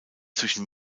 zwischen